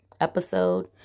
episode